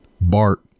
Bart